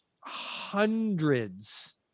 hundreds